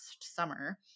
summer